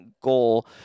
goal